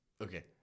Okay